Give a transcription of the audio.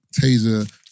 Taser